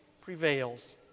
prevails